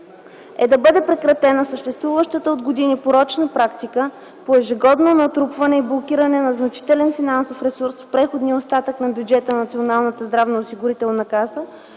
е да бъде прекратена съществуващата от години порочна практика по ежегодно натрупване и блокиране на значителен финансов ресурс в преходния остатък на бюджета на Националната здравноосигурителна каса,